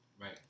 right